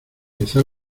izar